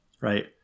right